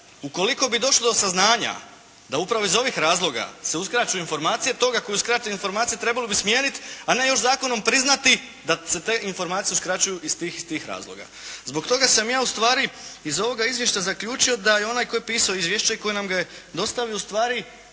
Ukoliko bi došlo do saznanja da upravo iz ovih razloga se uskraćuju informacije, tog ako uskrati informacije trebalo bi smijeniti, a ne još zakonom priznati da se te informacije uskraćuju iz tih i tih razloga. Zbog toga sam ja ustvari iz ovoga izvješća zaključio da je onaj koji je pisao izvješće, koji nam ga je dostavio ustvari